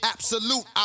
Absolute